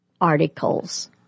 articles